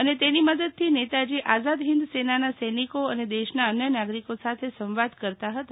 અને તેની મદદથી નેતાજી આઝાદ હિંદ સેનાના સૈનિકો અને દેશના અન્ય નાગરિકો સાથે સંવાદ કરતાં હતા